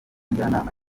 njyanama